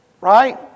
Right